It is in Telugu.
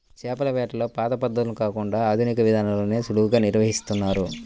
చేపల వేటలో పాత పద్ధతులను కాకుండా ఆధునిక విధానాల్లోనే సులువుగా నిర్వహిస్తున్నారు